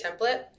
template